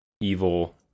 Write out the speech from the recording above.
evil